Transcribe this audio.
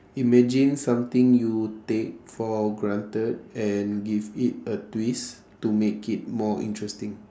imagine something you take for granted and give it a twist to make it more interesting